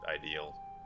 ideal